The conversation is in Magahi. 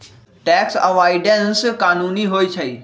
टैक्स अवॉइडेंस कानूनी होइ छइ